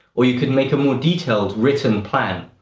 or you could make a more detailed written plan.